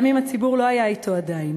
גם אם הציבור לא היה אתו עדיין.